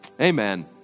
Amen